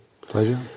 Pleasure